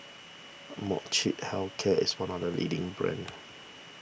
Molnylcke Health Care is one of the leading brands